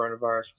coronavirus